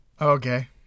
Okay